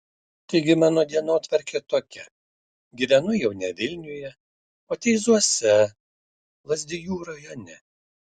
taigi mano dienotvarkė tokia gyvenu jau ne vilniuje o teizuose lazdijų rajone